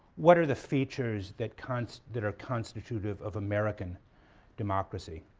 what are the features that kind of that are constitutive of american democracy.